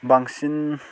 बांसिन